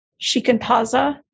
Shikantaza